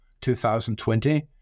2020